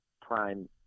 prime